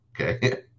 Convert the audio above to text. okay